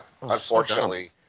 Unfortunately